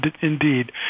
indeed